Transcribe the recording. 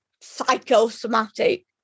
psychosomatic